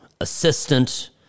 assistant